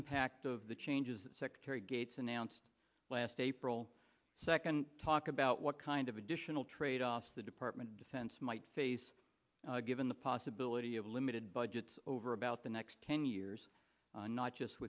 impact of the changes that secretary gates announced last april second talk about what kind of additional trade offs the department of defense might face given the possibility of limited budgets over about the next ten years not just